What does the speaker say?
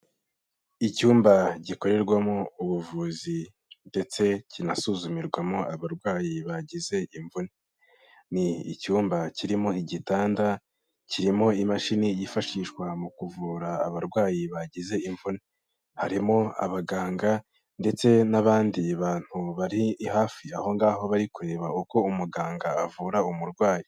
Icyumba gikorerwamo ubuvuzi ndetse kinasuzumirwamo abarwayi bagize imvune, ni icyumba kirimo igitanda kirimo imashini yifashishwa mu kuvura abarwayi bagize imvune, harimo abaganga ndetse n'abandi bantu bari hafi aho ngaho bari kureba uko umuganga avura umurwayi.